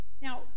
Now